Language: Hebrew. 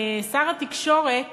שר התקשורת